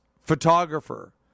photographer